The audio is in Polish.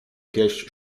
pieśń